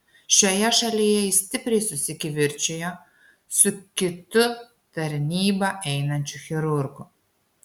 šioje šalyje jis stipriai susikivirčijo su kitu tarnybą einančiu chirurgu